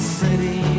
city